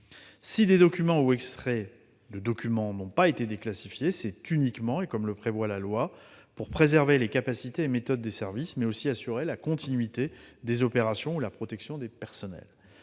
Si des documents ou extraits de documents n'ont pas été déclassifiés, c'est uniquement, comme le prévoit la loi, pour préserver les capacités et méthodes des services, mais aussi assurer la continuité des opérations ou la protection des personnels.